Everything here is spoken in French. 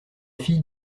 fille